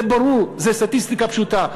זה ברור, זה סטטיסטיקה פשוטה.